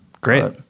Great